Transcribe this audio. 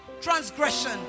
transgression